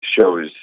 shows